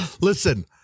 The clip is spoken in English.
Listen